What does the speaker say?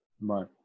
right